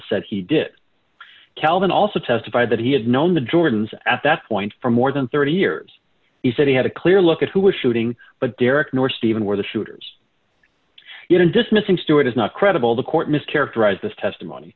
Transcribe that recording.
said he did calvin also testified that he had known the jordans at that point for more than thirty years he said he had a clear look at who was shooting but derek nor stephen where the shooters dismissing stewart is not credible the court mischaracterized this testimony